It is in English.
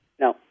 No